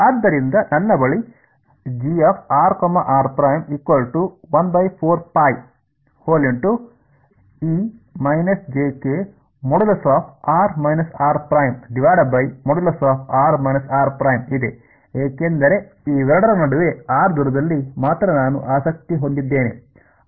ಆದ್ದರಿಂದ ನನ್ನ ಬಳಿ ಇದೆ ಏಕೆಂದರೆ ಇವೆರಡರ ನಡುವಿನ r ದೂರದಲ್ಲಿ ಮಾತ್ರ ನಾನು ಆಸಕ್ತಿ ಹೊಂದಿದ್ದೇನೆ